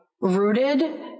rooted